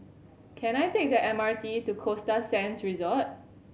can I take the M R T to Costa Sands Resort